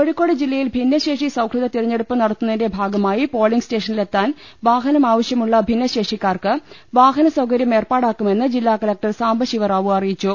കോഴിക്കോട് ജില്ലയിൽ ഭിന്നശേഷ്ടി സൌഹൃദ തിരഞ്ഞെടുപ്പ് നട ത്തുന്നതിന്റെ ഭാഗമായി പോളിംഗ് സ്റ്റേഷനിലെത്താൻ വാഹനം ആവ ശ്യമുള്ള ഭിന്നശേഷിക്കാർക്ക് വാഹന സൌകര്യം ഏർപ്പാടാക്കുമെന്ന് ജില്ലാ കലക്ടർ സാംബശിവ റാവു അറിയിച്ചു